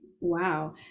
wow